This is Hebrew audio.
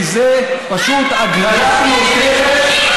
כי זה פשוט הגרלה מיותרת,